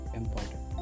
important